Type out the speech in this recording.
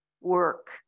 work